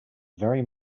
very